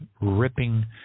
ripping